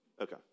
Okay